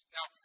Now